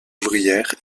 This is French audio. ouvrière